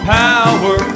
power